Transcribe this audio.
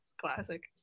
Classic